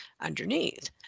underneath